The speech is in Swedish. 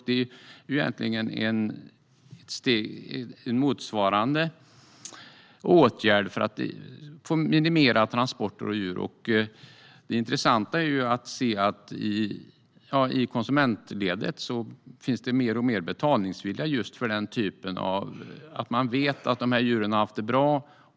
Det är något som minimerar transporter av djur. Det intressanta är att se att det i konsumentledet finns mer och mer betalningsvilja för det. Människor vet att djuren har haft det bra.